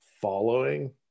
following